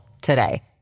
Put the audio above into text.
today